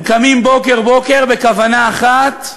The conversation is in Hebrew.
הם קמים בוקר-בוקר בכוונה אחת,